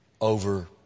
over